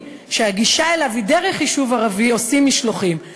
שהגישה אליו היא דרך יישוב ערבי יש משלוחים,